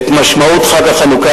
את משמעות חג החנוכה,